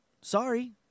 Sorry